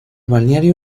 balneario